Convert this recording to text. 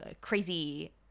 crazy